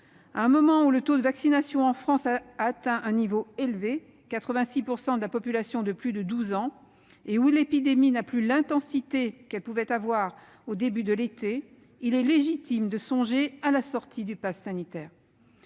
À un moment où le taux de vaccination en France atteint un niveau élevé- 86 % des Français âgés de plus de 12 ans sont vaccinés -et où l'épidémie n'a plus l'intensité qu'elle pouvait avoir au début de l'été, il est légitime de songer à la sortie du passe sanitaire.